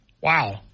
wow